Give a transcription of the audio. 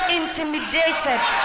intimidated